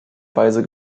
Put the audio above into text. weise